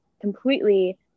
completely